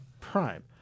Prime